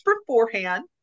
beforehand